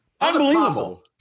Unbelievable